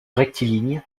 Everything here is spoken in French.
rectiligne